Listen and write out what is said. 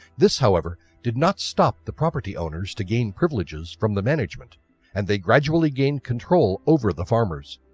this however did not stop the property-owners to gain privileges from the management and they gradually gained control over the farmers.